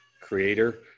creator